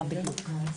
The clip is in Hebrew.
מה בדיוק?